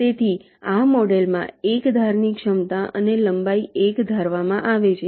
તેથી આ મોડેલમાં દરેક ધારની ક્ષમતા અને લંબાઈ 1 ધારવામાં આવે છે